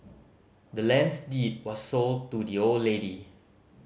the land's deed was sold to the old lady